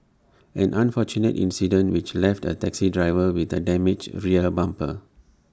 an unfortunate incident which left A taxi driver with A damaged rear bumper